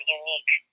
unique